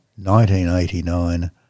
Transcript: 1989